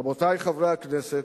רבותי חברי הכנסת,